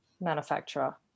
manufacturer